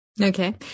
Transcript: Okay